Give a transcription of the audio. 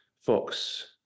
Fox